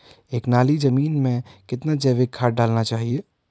एक नाली जमीन में कितना जैविक खाद डालना चाहिए?